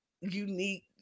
unique